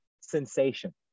sensation